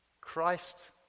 Christ